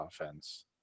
offense